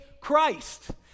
Christ